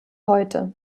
heute